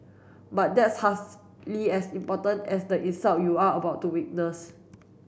but that's as important as the insult you are about to witness